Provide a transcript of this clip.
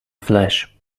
flesh